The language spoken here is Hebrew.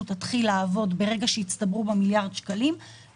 תתחיל לעבוד ברגע שיצטברו בה מיליארד שקלים,